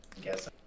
guess